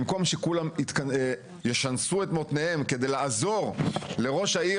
במקום שכולם ישנסו את מותניהם כדי לעזור לראש העיר